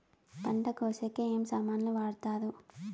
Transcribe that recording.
పంట కోసేకి ఏమి సామాన్లు వాడుతారు?